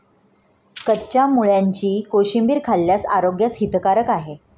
कच्च्या मुळ्याची कोशिंबीर खाल्ल्यास आरोग्यास हितकारक आहे